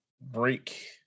break